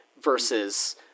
versus